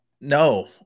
No